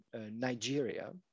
Nigeria